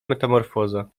metamorfoza